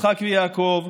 יצחק ויעקב.